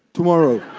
tomorrow,